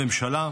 הממשלה,